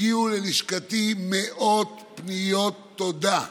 הגיעו ללשכתי מאות פניות תודה,